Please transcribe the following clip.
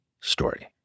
story